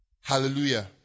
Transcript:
Hallelujah